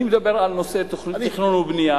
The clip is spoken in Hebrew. אני מדבר על נושא תכנון ובנייה.